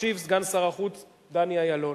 משיב סגן שר החוץ דני אילון,